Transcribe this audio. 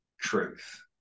truth